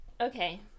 Okay